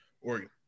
Oregon